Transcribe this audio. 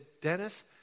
Dennis